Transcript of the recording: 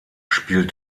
spielt